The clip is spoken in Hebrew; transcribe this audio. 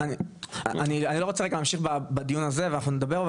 אני לא רוצה להמשיך בדיון הזה ואנחנו נדבר,